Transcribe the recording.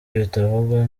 bitavugwa